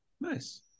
Nice